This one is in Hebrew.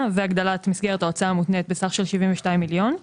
והגדלת מסגרת ההוצאה המותנית בסך של 72 מיליון.